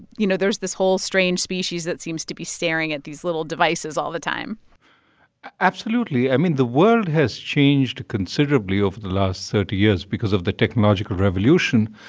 you know, there's this whole strange species that seems to be staring at these little devices all the time absolutely. i mean, the world has changed considerably over the last so thirty years because of the technological revolution.